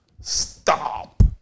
Stop